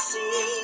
See